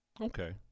Okay